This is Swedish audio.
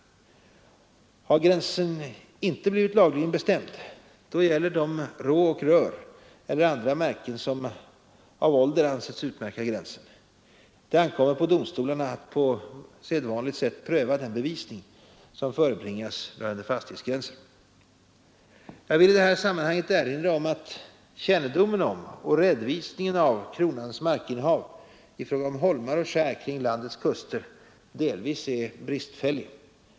Har gräns inte blivit lagligen bestämd, gäller de rå och rör eller andra märken som av ålder ansetts utmärka gränsen. Det ankommer på domstolarna att på sedvanligt sätt pröva den bevisning som förebringas rörande fastighetsgränsen. Jag vill i detta sammanhang erinra om att kännedomen om och redovisningen av kronans markinnehav i fråga om holmar och skär kring landets kuster delvis är bristfällig.